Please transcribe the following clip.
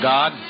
God